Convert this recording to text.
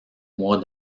mois